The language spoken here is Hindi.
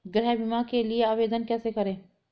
गृह बीमा के लिए आवेदन कैसे करें?